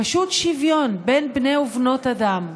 פשוט שוויון בין בני ובנות אדם.